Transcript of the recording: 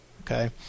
okay